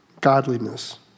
godliness